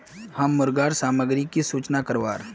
हम मुर्गा सामग्री की सूचना करवार?